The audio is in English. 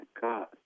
God